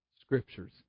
Scriptures